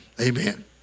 amen